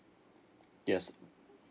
yes